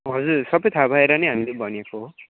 हजुर सबै थाहा भएर नि हामीले भनेको हो